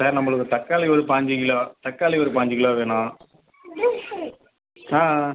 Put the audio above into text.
sir நம்மளுக்கு தக்காளி ஒரு பாஞ்சு கிலோ தக்காளி ஒரு பாஞ்சு கிலோ வேணும் ஆ ஆ